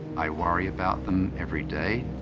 i worry about them every day.